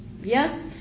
Yes